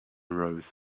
rows